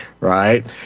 Right